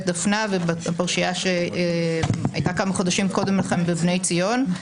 דפנה והפרשייה שהייתה כמה חודשים קודם לכן בבני ציון.